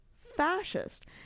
fascist